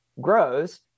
grows